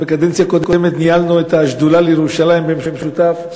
אנחנו בקדנציה הקודמת ניהלנו את השדולה לירושלים במשותף,